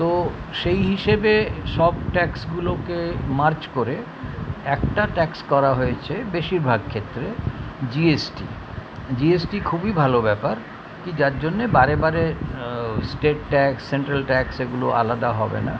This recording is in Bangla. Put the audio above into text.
তো সেই হিসেবে সব ট্যাক্সগুলোকে মার্জ করে একটা ট্যাক্স করা হয়েছে বেশিরভাগ ক্ষেত্রে জিএসটি জিএসটি খুবই ভালো ব্যাপার কি যার জন্যে বারে বারে স্টেট ট্যাক্স সেন্ট্রাল ট্যাক্স এগুলো আলাদা হবে না